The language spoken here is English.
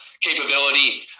capability